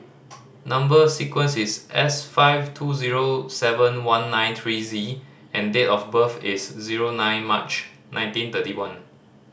number sequence is S five two zero seven one nine three Z and date of birth is zero nine March nineteen thirty one